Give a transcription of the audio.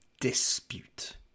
dispute